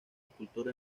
escultor